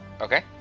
Okay